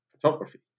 photography